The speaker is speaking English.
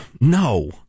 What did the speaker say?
No